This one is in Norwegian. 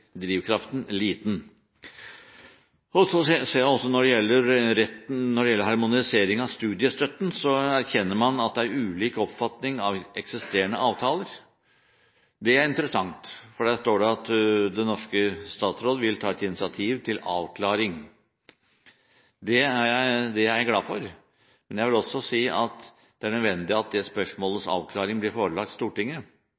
drivkraften liten. Når det gjelder harmonisering av studiestøtten, erkjenner man at det er ulik oppfatning av eksisterende avtaler. Dette er interessant, fordi det står at den norske statsråd vil ta initiativ til en avklaring. Det er jeg glad for, men jeg vil også si at det er nødvendig at det